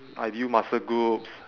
ideal muscle groups